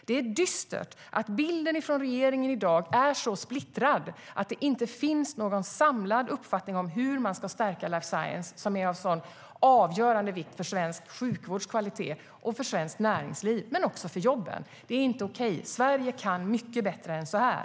Det är dystert att bilden från regeringen i dag är så splittrad att det inte finns någon samlad uppfattning om hur man ska stärka life science, som är av avgörande vikt för svensk sjukvårds kvalitet, för svenskt näringsliv och för jobben. Detta är inte okej. Sverige kan mycket bättre än så här.